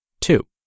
Two